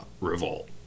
revolt